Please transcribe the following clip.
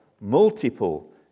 multiple